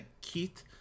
Keith